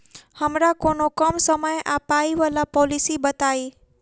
हमरा कोनो कम समय आ पाई वला पोलिसी बताई?